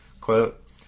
quote